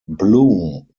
bloom